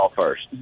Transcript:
first